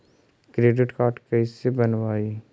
Credit card कैसे बनवाई?